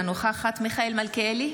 אינה נוכחת מיכאל מלכיאלי,